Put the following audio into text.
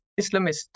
Islamist